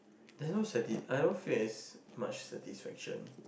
<UNK I don't feel as much satisfaction